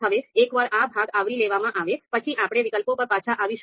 હવે એકવાર આ ભાગ આવરી લેવામાં આવે પછી આપણે વિકલ્પો પર પાછા આવીશું